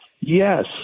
Yes